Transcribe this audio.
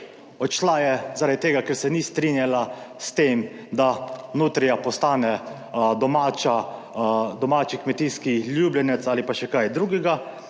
odšla je zaradi tega, ker se ni strinjala s tem, da nutrija postane domači kmetijski ljubljenec ali pa še kaj drugega,